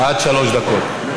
עד שלוש דקות.